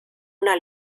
una